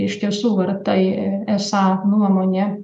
iš tiesų ar tai esą nuomonė